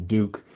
Duke